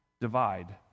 divide